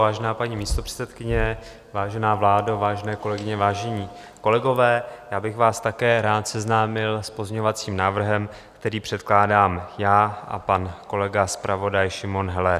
Vážená paní místopředsedkyně, vážená vládo, vážené kolegyně, vážení kolegové, já bych vás také rád seznámil s pozměňovacím návrhem, který předkládám já a pan kolega zpravodaj Šimon Heller.